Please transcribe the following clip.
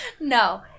No